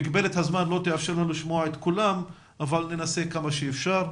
מגבלת הזמן לא תאפשר לנו לשמוע את כולם אבל ננסה כמה שאפשר.